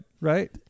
Right